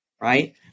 right